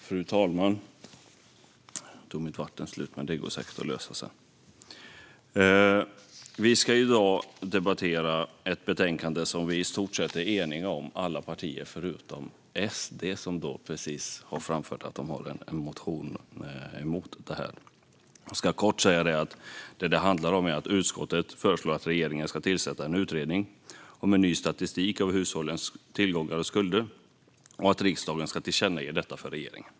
Fru talman! Vi ska i dag debattera ett betänkande som vi är i stort sett eniga om i alla partier utom SD, som precis framförde att de har en reservation mot detta. Vad det handlar om är att utskottet föreslår att regeringen ska tillsätta en utredning om ny statistik över hushållens tillgångar och skulder och att riksdagen ska tillkännage detta för regeringen.